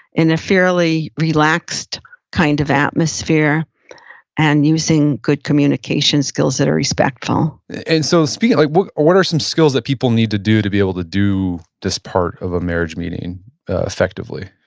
in a fairly relaxed kind of atmosphere and using good communications skills that are respectful and so speaking, like what what are some skills that people need to do to be able to do this part of a marriage meeting effectively?